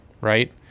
right